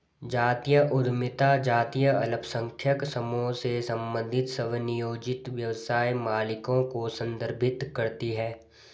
जातीय उद्यमिता जातीय अल्पसंख्यक समूहों से संबंधित स्वनियोजित व्यवसाय मालिकों को संदर्भित करती है